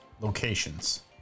locations